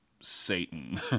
Satan